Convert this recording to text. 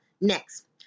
Next